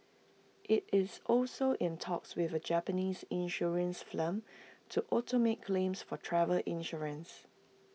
IT is also in talks with A Japanese insurance firm to automate claims for travel insurance